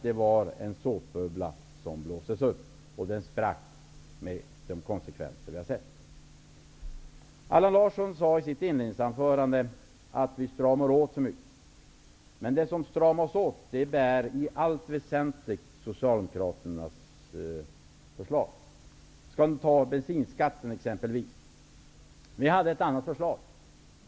Det var en såpbubbla som blåstes upp och som sprack, och vi har sett konsekvenserna av det. Allan Larsson sade i sitt inledningsanförande att vi stramar åt för mycket, men i allt väsentligt är det Socialdemokraterna som förslår åtstramningar. Vi hade exempelvis ett annat förslag vad gäller bensinskatten.